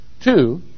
Two